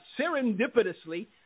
serendipitously